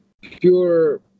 pure